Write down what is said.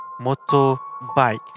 motorbike